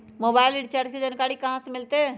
Mobile recharge के जानकारी कहा से मिलतै?